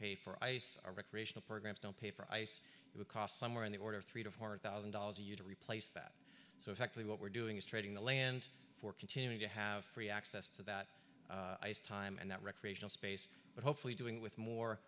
pay for ice our recreational programs don't pay for ice it would cost somewhere in the order of three to four thousand dollars a year to replace that so effectively what we're doing is trading the land for continue to have free access to that time and that recreational space but hopefully doing with more